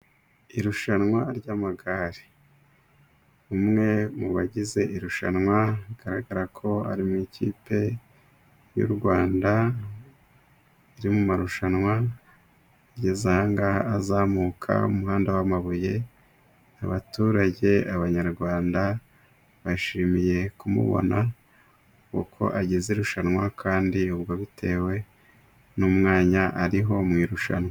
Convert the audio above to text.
Irushanwa ry'amagare. Umwe mu bagize irushanwa bigaragara ko ari mu ikipe y'u Rwanda iri mu marushanwa, ageze aha ngaha, azamuka umuhanda w'amabuye. Abaturage, abanyarwanda bishimiye kumubona uko agize irushanwa kandi ubwo bitewe n'umwanya ariho mu irushanwa.